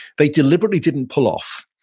they deliberately didn't pull off.